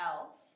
else